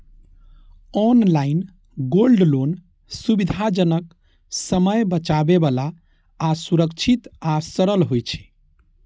online gold loan सुविधाजनक, समय बचाबै बला आ सुरक्षित आ सरल होइ छै